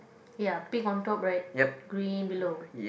ya pink on top right green below